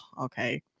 okay